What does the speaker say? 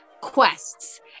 quests